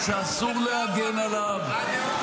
שאסור להגן עליו -- הנאום שלך הוא עלוב,